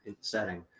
setting